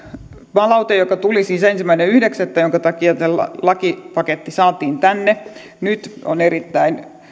palaute joka tuli siis ensimmäinen yhdeksättä jonka takia tämä lakipaketti saatiin tänne nyt on erittäin